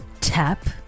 Tap